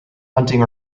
hunting